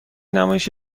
نمایش